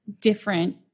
different